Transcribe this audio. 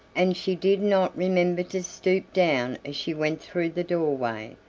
and she did not remember to stoop down as she went through the doorway,